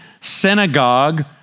synagogue